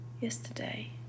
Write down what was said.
Yesterday